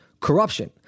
Corruption